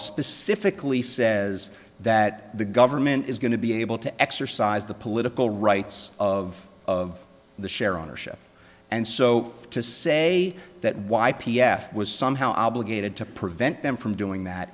pacifically says that the government is going to be able to exercise the political rights of the share ownership and so to say that y p f was somehow obligated to prevent them from doing that